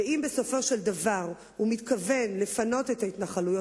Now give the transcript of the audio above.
אם בסופו של דבר הוא מתכוון לפנות את ההתנחלויות,